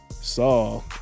saw